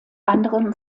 anderem